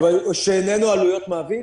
שאיננו עלויות מעביד?